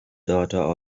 daughter